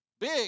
big